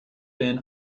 been